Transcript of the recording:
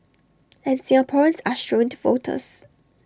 and Singaporeans are shrewd voters